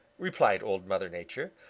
replied old mother nature.